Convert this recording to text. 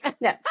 No